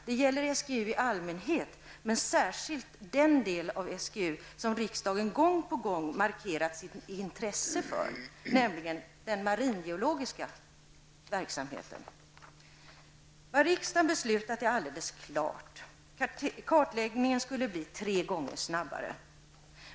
Det gäller SGU i allmänhet, men särskilt den del av SGU som riksdagen gång på gång markerat sitt intresse för, nämligen den maringeologiska verksamheten. Vad riksdagen beslutat är alldeles klart; kartläggningen skulle bli tre gånger snabbare.